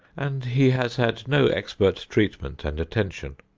and he has had no expert treatment and attention.